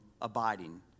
abiding